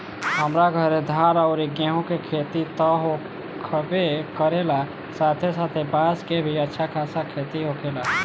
हमरा घरे धान अउरी गेंहू के खेती त होखबे करेला साथे साथे बांस के भी अच्छा खासा खेती होखेला